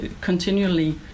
continually